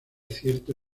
cierto